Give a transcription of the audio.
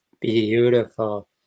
Beautiful